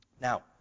Now